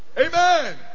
amen